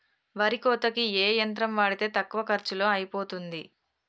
వరి కోతకి ఏ యంత్రం వాడితే తక్కువ ఖర్చులో అయిపోతుంది?